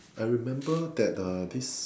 I remember that uh this